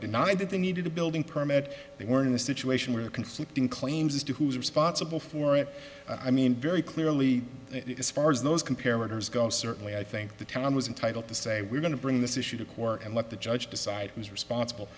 denied that they needed a building permit they were in a situation where conflicting claims as to who's responsible for it i mean very clearly as far as those comparatives go certainly i think the town was entitled to say we're going to bring this issue to court and let the judge decide who's responsible